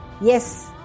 Yes